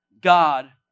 God